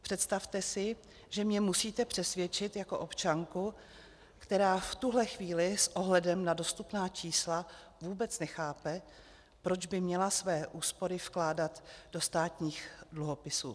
Představte si, že mě musíte přesvědčit jako občanku, která v tuhle chvíli s ohledem na dostupná čísla vůbec nechápe, proč by měla své úspory vkládat do státních dluhopisů.